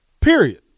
period